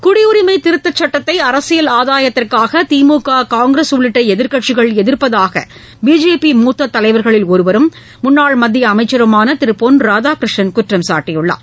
குடியுரிமை திருத்தச் சுட்டத்தை அரசியல் ஆதாயத்திற்காக திமுக காங்கிரஸ் உள்ளிட்ட எதிர்க்கட்சிகள் எதிர்ப்பதாக பிஜேபி மூத்த தலைவர்களில் ஒருவரும் முன்னாள் மத்திய அமைச்சருமான திரு பொன் ராதாகிருஷ்ணன் குற்றம் சாட்டியுள்ளார்